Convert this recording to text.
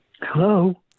Hello